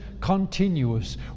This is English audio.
continuous